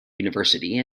university